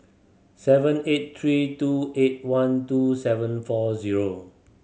seven eight three two eight one two seven four zero